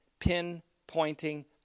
pinpointing